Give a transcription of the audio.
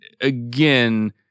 again